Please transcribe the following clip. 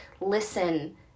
listen